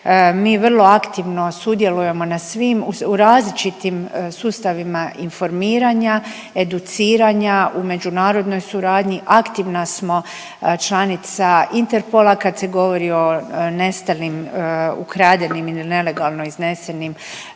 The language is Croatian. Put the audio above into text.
Mi vrlo aktivno sudjelujemo na svim, u različitim sustavima informiranjima, educiranja, u međunarodnoj suradnji, aktivna smo članica Interpola kad se govori o nestalim, ukradenim ili nelegalno iznesenim